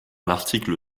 l’article